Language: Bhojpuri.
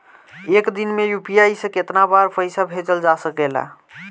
एक दिन में यू.पी.आई से केतना बार पइसा भेजल जा सकेला?